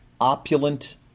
opulent